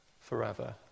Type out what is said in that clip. forever